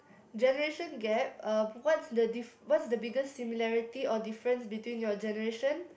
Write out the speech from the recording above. generation gap uh what's the diff~ what's the biggest similarity or difference between your generation